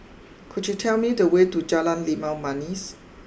could you tell me the way to Jalan Limau Manis